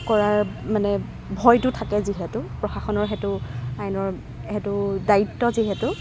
কৰাৰ মানে ভয়টো থাকে যিহেটো প্ৰশাসনৰ সেইটো আইনৰ সেইটো দায়িত্ব যিহেটো